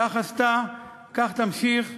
כך עשתה, כך תמשיך.